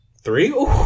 Three